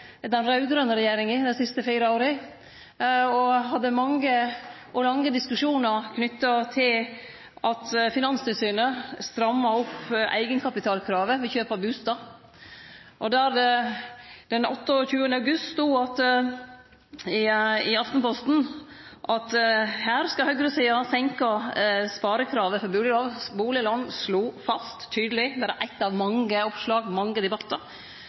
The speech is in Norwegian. den raud-grøne regjeringa dei fire siste åra og hadde mange og lange diskusjonar knytt til at Finanstilsynet stramma inn eigenkapitalkravet ved kjøp av bustad. Den 28. august stod det i Aftenposten at høgresida ville senke sparekravet for bustadlån. Ein slo det tydeleg fast. Og det var berre eitt av mange oppslag og mange debattar.